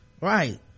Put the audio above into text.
right